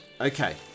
okay